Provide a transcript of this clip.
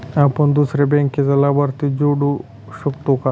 आपण दुसऱ्या बँकेचा लाभार्थी जोडू शकतो का?